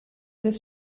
des